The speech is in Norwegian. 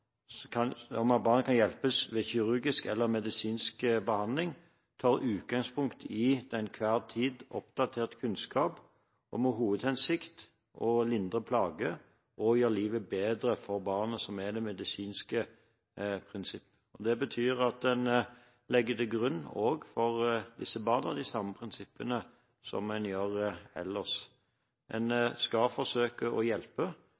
kan hjelpes ved kirurgisk eller medisinsk behandling, tar utgangspunkt i den til enhver tid oppdaterte kunnskap, med hovedhensikt å lindre plager og gjøre livet bedre for barna – som er det medisinske prinsipp. Det betyr at en legger til grunn også for disse barna, de samme prinsippene som en gjør ellers. En skal forsøke å hjelpe,